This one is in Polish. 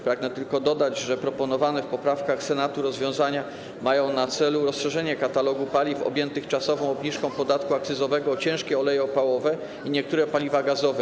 Pragnę tylko dodać, że proponowane w poprawkach Senatu rozwiązania mają na celu rozszerzenie katalogu paliw objętych czasową obniżką podatku akcyzowego o ciężkie oleje opałowe i niektóre paliwa gazowe.